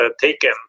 taken